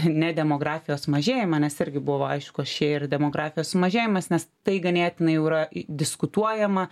ne demografijos mažėjimą nes irgi buvo aišku aš čia ir demografijos sumažėjimas nes tai ganėtinai jau yra i diskutuojama